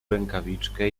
rękawiczkę